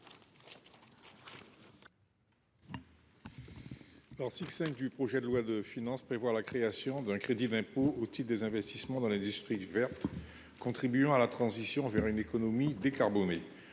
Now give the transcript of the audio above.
L’article 5 du projet de loi de finances prévoit la création d’un crédit d’impôt au titre des investissements dans l’industrie verte contribuant à la transition vers une économie décarbonée.